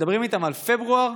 מדברים איתם על פברואר?